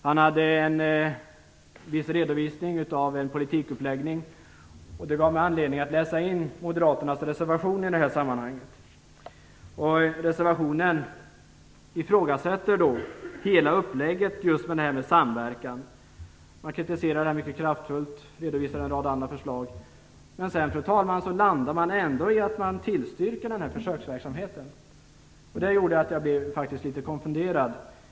Han gjorde en redovisning av en politikuppläggning som gav mig anledning att läsa in Moderaternas reservation. I reservationen ifrågasätts hela upplägget vad gäller samverkan. Det kritiseras mycket kraftfullt, och en rad andra förslag redovisas. Men sedan landar Moderaterna ändå i att de tillstyrker försöksverksamheten. Det gjorde mig faktiskt litet konfunderad.